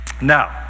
Now